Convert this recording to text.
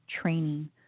training